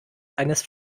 eines